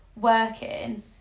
working